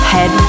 Head